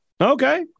Okay